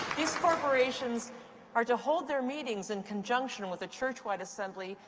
these corporations are to hold their meetings in conjunction with the churchwide assembly,